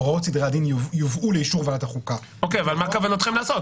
הוראות סדרי דין יובאו לאישור ועדת החוקה --- אבל מה כוונתכם לעשות?